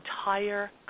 entire